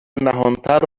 نهانتر